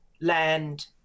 land